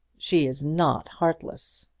she is not heartless.